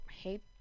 hate